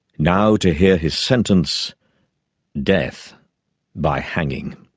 now to hear his sentence death by hanging.